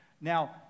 Now